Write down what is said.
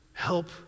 Help